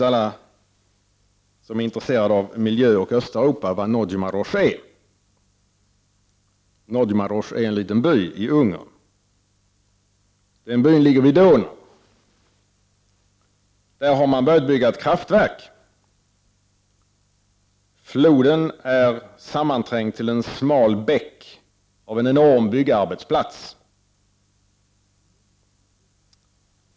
Alla som är intresserade av miljö och Östeuropa vet naturligtvis vad Nagymåros är. Nagymåros är en liten by i Ungern. Den byn ligger vid en flod. Där har man börjat bygga ett kraftverk. Floden är sammanträngd till en smal bäck av en enorm byggarbetsplats.